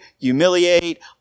humiliate